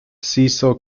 cecil